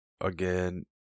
again